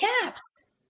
caps